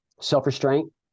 Self-restraint